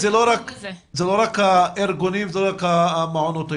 אבל זה לא רק הארגונים או רק מעונות היום.